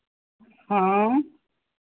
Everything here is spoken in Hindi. हाँ